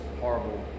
horrible